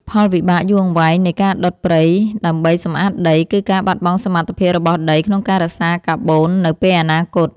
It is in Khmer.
ផលវិបាកយូរអង្វែងនៃការដុតព្រៃដើម្បីសម្អាតដី គឺការបាត់បង់សមត្ថភាពរបស់ដីក្នុងការរក្សាកាបូននៅពេលអនាគត។